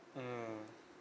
mmhmm